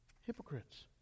Hypocrites